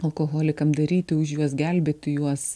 alkoholikam daryti už juos gelbėti juos